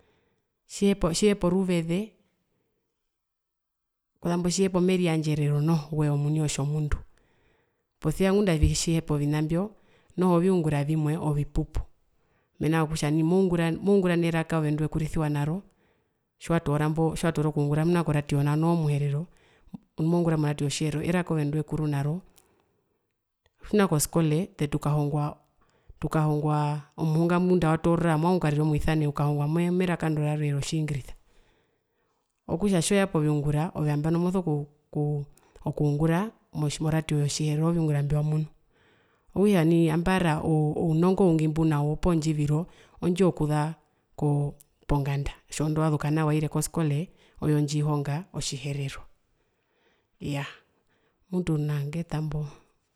Tjiihepo tjihepo ruveze okuzambo tjihepa omeriyandjerero noho wee omuni otjomundu posia ngunda tjihepa ovina mbyo noho viungura vimwe ovipupu, mena rokutja nai moungura neraka ove nduwekurisiwa naro tjiwatoora tjiwatoora nangae kungura koradio nao nu ove omuhereronu moungura moradio yotjiherero eraka obve ndiwekuru naro tjina koskole ete tukahongwa omuhunga ove tukahongwaa omuhunga ngunda awatoorora movanga okukarira omwisane tukahongwa meraka indo rarwe rotjiungirisa ove movanga okungura moradio yotjiherero ooviungura mbiwamunu okutja nai ambara ounongo owingi mbunawo poo ndjiviro oondjo yokuza pokonganda tjondovazu kana waire koskole ndjihonga otjiherero iyaa mutu nangetambo.